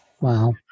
wow